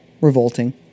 Revolting